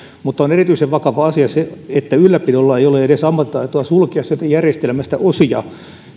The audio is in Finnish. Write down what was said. mutta on erityisen vakava asia se että ylläpidolla ei ole edes ammattitaitoa sulkea sieltä järjestelmästä osia